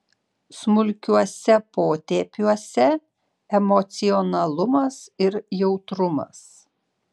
smulkiuose potėpiuose emocionalumas ir jautrumas